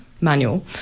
manual